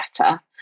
better